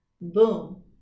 Boom